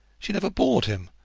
she never bored him,